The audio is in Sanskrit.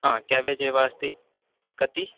आं केबेज् एव अस्ति कति